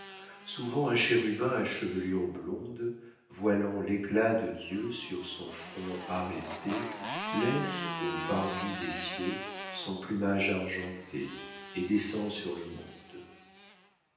souvent un chérubin à chevelure blonde voilant l'éclat de dieu sur son front arrêté laisse aux parvis des cieux son plumage argenté et descend sur le monde